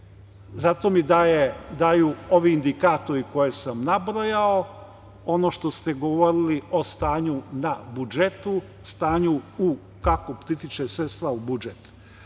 Za to mi daju ovi indikatori koje sam nabrojao, ono što ste govorili o stanju na budžetu, stanju kako pritiču sredstva u